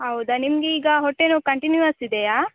ಹೌದಾ ನಿಮ್ಗೆ ಈಗ ಹೊಟ್ಟೆ ನೋವು ಕಂಟಿನ್ಯೂಅಸ್ ಇದೆಯಾ